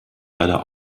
leider